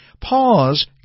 Pause